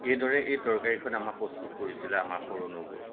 এইদৰে এই তৰকাৰীখন আমাৰ প্ৰস্তুত কৰিছিলে আমাৰ সৰু নবৌয়ে